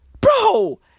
bro